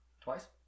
Twice